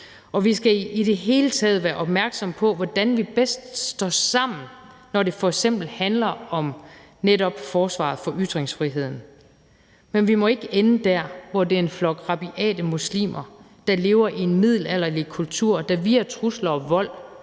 Vi skal i det hele taget være opmærksomme på, hvordan vi bedst står sammen, når det f.eks. handler om netop forsvaret for ytringsfriheden. Men vi må ikke ende der, hvor det er en flok rabiate muslimer, der lever i en middelalderlig kultur, der via trusler og vold